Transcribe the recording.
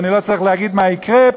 אני לא צריך להגיד מה יקרה,